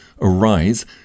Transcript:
Arise